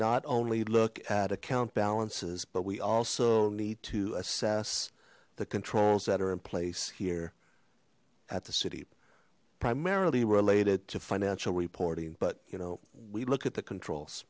not only look at account balances but we also need to assess the controls that are in place here at the city primarily related to funding so reporting but you know we look at the controls